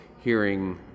hearing